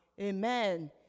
Amen